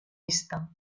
vista